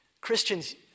Christians